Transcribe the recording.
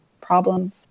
problems